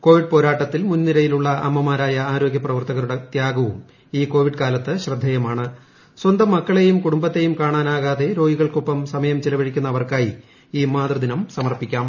Covid പോരാട്ടത്തിൽ മുൻനിരൂയിലുള്ള അമ്മമാരായ ആരോഗ്യപ്രവർത്തകരുടെ ത്യാൽപ്പും ഇൌ കോവിഡ് കാലത്ത് കുടുംബത്തെയും കാണ്ണാനാകാതെ രോഗികൾക്കൊപ്പം സമയം ചിലവഴിക്കുന്നു അവർക്കായി ഈ മാതൃദിനം സമർപ്പിക്കാം